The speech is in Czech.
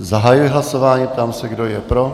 Zahajuji hlasování, ptám se, kdo je pro.